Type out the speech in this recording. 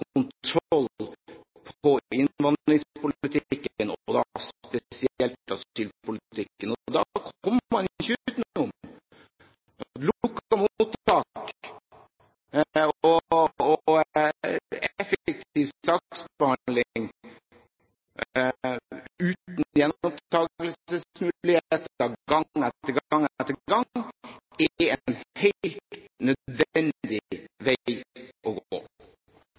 og da spesielt asylpolitikken. Da kommer man ikke utenom at lukkede mottak og effektiv saksbehandling, uten gjenopptagelsesmuligheter – gang etter gang – er en helt nødvendig vei å gå.